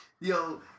Yo